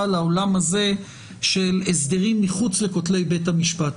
לעולם הזה של הסדרים מחוץ לכותלי בית המשפט,